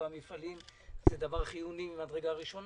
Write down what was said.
ומבחינתנו זה דבר חיוני ממדרגה ראשונה.